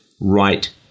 right